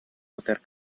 poter